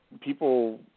people